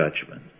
judgment